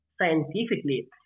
scientifically